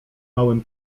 małym